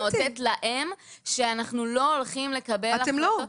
נאותת להם שאנחנו לא הולכים לקבל החלטות כאלה,